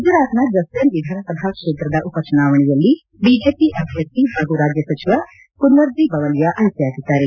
ಗುಜರಾತ್ನ ಜಸ್ವನ್ ವಿಧಾನಸಭಾ ಕ್ಷೇತ್ರದ ಉಪಚುನಾವಣೆಯಲ್ಲಿ ಬಿಜೆಪಿ ಅಭ್ಯರ್ಥಿ ಹಾಗೂ ರಾಜ್ಯ ಸಚಿವ ಕುನ್ವರ್ಜ ಬವಲಿಯಾ ಆಯ್ಕೆಯಾಗಿದ್ದಾರೆ